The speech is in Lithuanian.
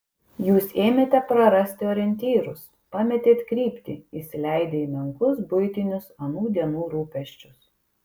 jūs ėmėte prarasti orientyrus pametėt kryptį įsileidę į menkus buitinius anų dienų rūpesčius